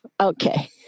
Okay